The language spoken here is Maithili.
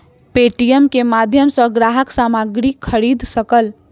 पे.टी.एम के माध्यम सॅ ग्राहक सामग्री खरीद सकल